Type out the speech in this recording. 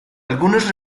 algunas